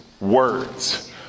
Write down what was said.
words